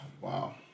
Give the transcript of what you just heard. Wow